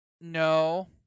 No